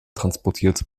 transportiert